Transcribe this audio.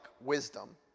wisdom